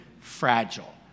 fragile